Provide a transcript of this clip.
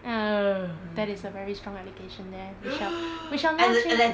ah ugh that is a very strong allegation there we shall we shall change